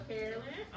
Carolyn